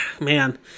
man